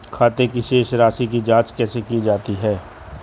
खाते की शेष राशी की जांच कैसे की जाती है?